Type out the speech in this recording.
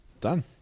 Done